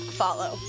follow